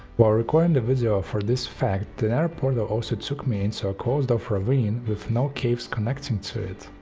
while recording the video for this fact the nether portal also took me into and so a closed off ravine with no caves connecting to it.